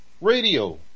radio